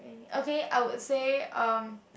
okay I would say um